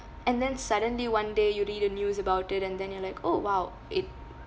and then suddenly one day you read the news about it and then you're like oh !wow! it